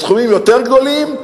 בסכומים יותר גדולים,